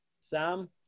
Sam